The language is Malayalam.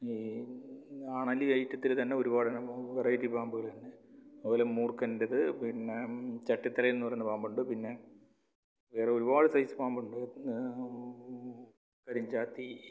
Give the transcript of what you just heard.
ഈ അണലി ഐറ്റത്തിൽ തന്നെ ഒരുപാടിനം വെറൈറ്റി പാമ്പുകൾ തന്നെ അതുപോലെ മൂർഖൻറേത് പിന്നെ ചട്ടിതലയൻ എന്ന് പറയുന്ന പാമ്പുണ്ട് പിന്നെ വേറെ ഒരുപാട് സൈസ് പാമ്പുണ്ട് പെരിംചാത്തി